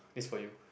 this for you